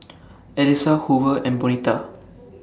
Elisa Hoover and Bonita